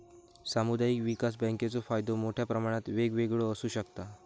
सामुदायिक विकास बँकेचो फायदो मोठ्या प्रमाणात वेगवेगळो आसू शकता